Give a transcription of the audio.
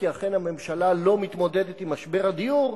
כי אכן הממשלה לא מתמודדת עם משבר הדיור.